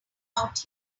out